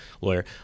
lawyer